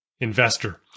investor